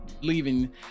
leaving